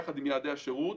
יחד עם יעדי השירות.